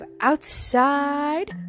Outside